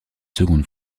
seconde